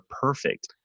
perfect